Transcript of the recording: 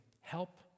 help